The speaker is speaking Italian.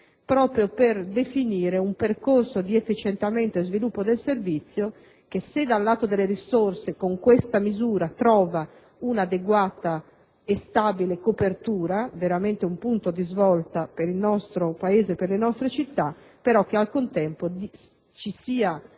proprio per definire un percorso di efficientamento e sviluppo del servizio. Se dal lato delle risorse con questa misura tale percorso trova un'adeguata e stabile copertura, un punto di svolta per il nostro Paese e per le nostre città, al contempo occorre